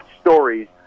stories